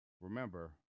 remember